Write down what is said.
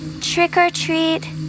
Trick-or-treat